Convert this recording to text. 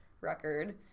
record